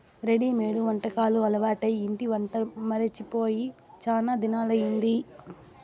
readymade వంటకాలు అలవాటై ఇంటి వంట మరచి పోయి శానా దినాలయ్యింది